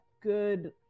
good